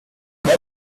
were